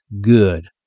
Good